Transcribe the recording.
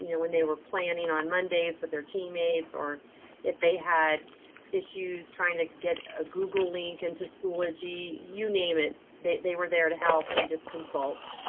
you know when they were planning on mondays with their teammates, or if they had issues trying to get a google link into schoology, you name it, they they were there to help and just consult.